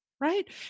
right